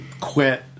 quit